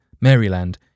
Maryland